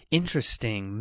interesting